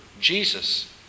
Jesus